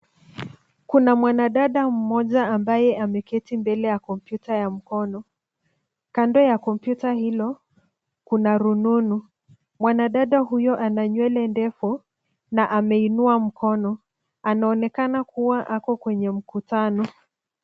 Kuna mwanadada mmoja ambaye ameketi mbele ya kompyuta ya mkono. Kando ya kompyuta hilo, kuna rununu. Mwanadada huyo ana nywele ndefu na ameinua mkono. Anaonekana kuwa ako kwenye mkutano.